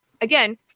again